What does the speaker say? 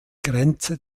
grenze